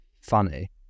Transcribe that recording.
funny